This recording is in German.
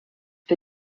für